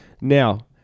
Now